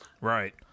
right